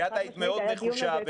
את היית מאוד נחושה.